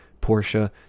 porsche